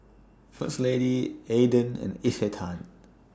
First Lady Aden and Isetan